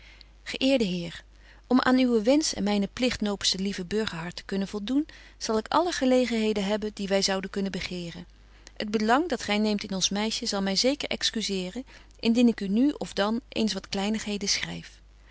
ge eerde heer om aan uwen wensch en mynen pligt nopens de lieve burgerhart te kunnen voldoen zal ik alle gelegenheden hebben die wy zouden kunnen begeeren het belang dat gy neemt in ons meisje zal my zeker excuseeren indien ik u nu of dan eens wat kleinigheden schryf